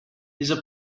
his